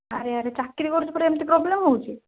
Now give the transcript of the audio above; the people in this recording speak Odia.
ଆରେ ଆରେ ଚାକିରି କରୁଛୁ ପରେ ଏମିତି ପ୍ରୋବ୍ଲେମ୍ ହେଉଛି